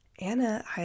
Anna